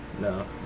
No